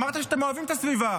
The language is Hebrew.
אמרתם שאתם אוהבים את הסביבה.